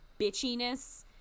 bitchiness